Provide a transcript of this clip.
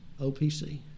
OPC